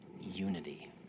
unity